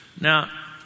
Now